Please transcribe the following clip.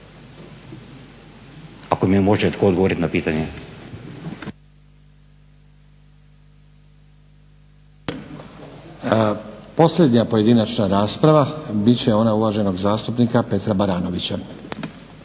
Ako mi može tko odgovoriti na pitanje.